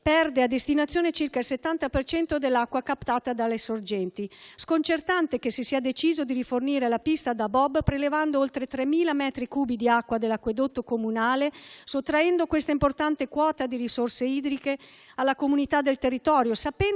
-perde a destinazione circa il 70 per cento dell'acqua captata dalle sorgenti. È sconcertante che si sia deciso di rifornire la pista da bob prelevando oltre 3.000 metri cubi di acqua dell'acquedotto comunale, sottraendo questa importante quota di risorse idriche alla comunità del territorio, sapendo